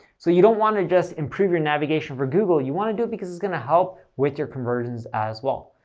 so you don't want to just improve your navigation for google, you want to do it because it's going to help with your conversions as well.